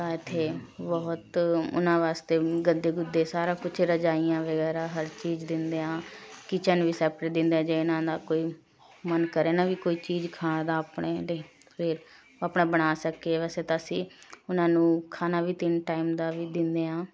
ਤਾਂ ਇੱਥੇ ਬਹੁਤ ਉਨ੍ਹਾਂ ਵਾਸਤੇ ਗੱਦੇ ਗੁੱਦੇ ਸਾਰਾ ਕੁਝ ਰਜਾਈਆਂ ਵਗੈਰਾ ਹਰ ਚੀਜ਼ ਦਿੰਦੇ ਹਾਂ ਕਿਚਨ ਵੀ ਸੈਪਰੇਟ ਦਿੰਦੇ ਹੈ ਜਿਹਨਾਂ ਦਾ ਕੋਈ ਮਨ ਕਰੇ ਨਾ ਵੀ ਕੋਈ ਚੀਜ਼ ਖਾਣ ਦਾ ਆਪਣੇ ਲਈ ਫਿਰ ਉਹ ਆਪਣਾ ਬਣਾ ਸਕੇ ਵੈਸੇ ਤਾਂ ਅਸੀਂ ਉਹਨਾਂ ਨੂੰ ਖਾਣਾ ਵੀ ਤਿੰਨ ਟਾਈਮ ਦਾ ਵੀ ਦਿੰਦੇ ਹਾਂ